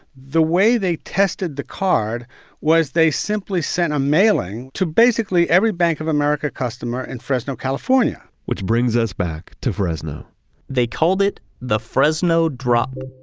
the way they tested the card was they simply sent a mailing to basically every bank of america customer in and fresno, california which brings us back to fresno they called it the fresno drop